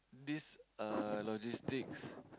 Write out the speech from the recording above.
this uh logistics